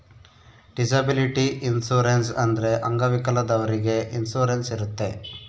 disability insurance ಅಂದ್ರೆ ಅಂಗವಿಕಲದವ್ರಿಗೆ insurance ಇರುತ್ತೆ